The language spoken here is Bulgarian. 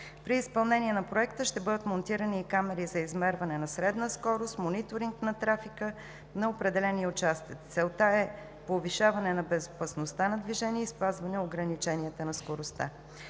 При изпълнение на проекта ще бъдат монтирани и камери за измерване на средна скорост, мониторинг на трафика на определения участък. Целта е повишаване на безопасността на движение и спазване ограниченията на скоростта.